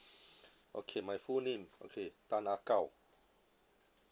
okay my full name okay tan ah gao